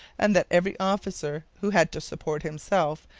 and that every officer who had to support himself,